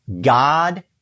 God